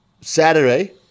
Saturday